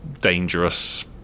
dangerous